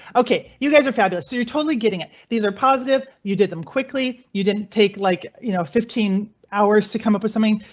ok you guys are fabulous so you're totally getting it. these are positive you did them quickly. you didn't take like you know fifteen hours to come up with something.